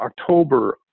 October